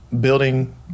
building